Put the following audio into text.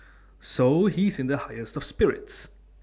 so he's in the highest of spirits